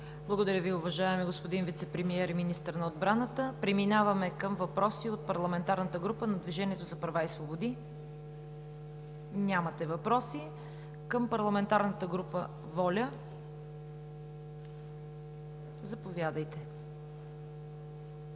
Благодаря Ви, уважаеми господин Вицепремиер и министър на отбраната. Преминаваме към въпроси от Парламентарната група на Движението за права и свободи. Нямате въпроси. От парламентарната група „Воля“? Заповядайте,